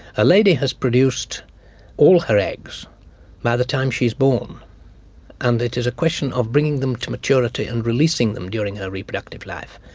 a lady has produced all her eggs by the time she is born and it is a question of bringing them to maturity and releasing them during her reproductive life,